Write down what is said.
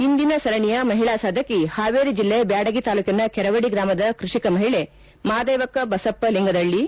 ಇಂದಿನ ಸರಣಿಯ ಮಹಿಳಾ ಸಾಧಕಿ ಹಾವೇರಿ ಜಿಲ್ಲೆ ಬ್ಕಾಡಗಿ ತಾಲೂಕಿನ ಕೆರವಡಿ ಗ್ರಾಮದ ಕೃಷಿ ಮಹಿಳೆ ಮಾದೇವಕ್ಕ ಬಸಪ್ಪ ಲಿಂಗದಳ್ಳಿ